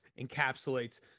encapsulates